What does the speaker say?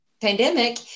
pandemic